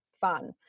fun